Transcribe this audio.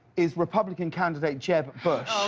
is republican candidate jeb bush.